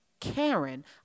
Karen